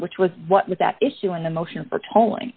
which was what was that issue in the motion for tolling